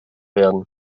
werden